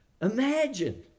Imagine